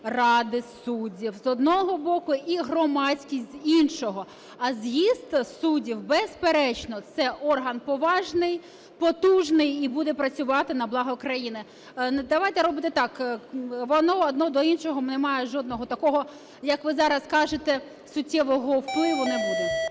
Ради суддів з одного боку і громадськість – з іншого. А з'їзд суддів, безперечно, це орган поважний потужний і буде працювати на благо України. Давайте робити так: воно одне до іншого не має жодного такого, як ви зараз кажете, суттєвого впливу не буде.